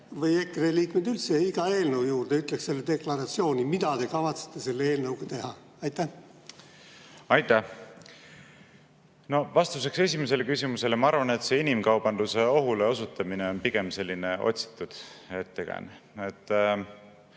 või EKRE liikmed üldse iga eelnõu juurde ütleks selle deklaratsiooni, mida te kavatsete eelnõuga teha? Aitäh! Vastuseks esimesele küsimusele: ma arvan, et inimkaubanduse ohule osutamine on pigem otsitud ettekääne.